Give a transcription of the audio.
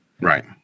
Right